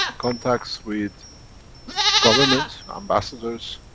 contacts with governments, ambassadors,